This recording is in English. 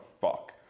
fuck